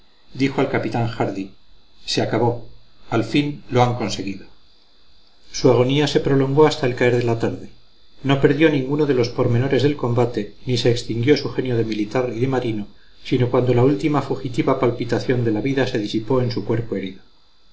dijo al capitán hardy se acabó al fin lo han conseguido su agonía se prolongó hasta el caer de la tarde no perdió ninguno de los pormenores del combate ni se extinguió su genio de militar y de marino sino cuando la última fugitiva palpitación de la vida se disipó en su cuerpo herido